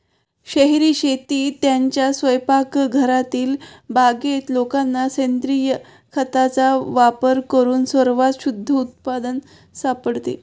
शहरी शेतीत, त्यांच्या स्वयंपाकघरातील बागेत लोकांना सेंद्रिय खताचा वापर करून सर्वात शुद्ध उत्पादन सापडते